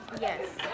Yes